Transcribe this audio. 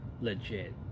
legit